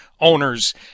owners